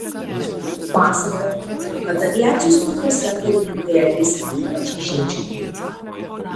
pasakojama kad aviacijos pulkuose karininkai elgėsi ypač įžeidžiamai